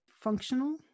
functional